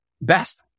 best